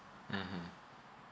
mmhmm